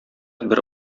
бер